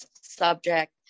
subject